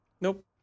Nope